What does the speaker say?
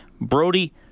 Brody